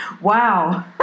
wow